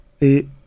et